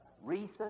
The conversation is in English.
recent